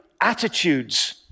attitudes